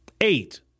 Eight